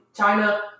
China